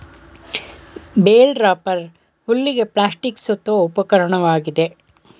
bale wrapper ಹುಲ್ಲಿಗೆ plastic ಸುತ್ತುವ ಉಪಕರಣವಾಗಿದೆ